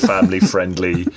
family-friendly